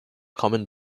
common